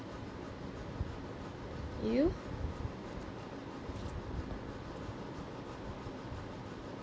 you